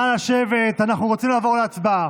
נא לשבת, אנחנו רוצים לעבור להצבעה.